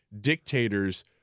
dictators